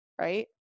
Right